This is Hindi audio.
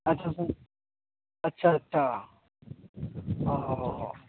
अच्छा से अच्छा अच्छा हाँ हाँ हाँ हाँ